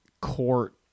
court